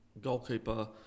goalkeeper